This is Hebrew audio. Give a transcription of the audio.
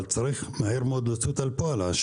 אבל חייבים להוציא אותה לפועל מהר.